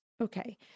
Okay